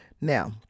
Now